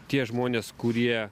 tie žmonės kurie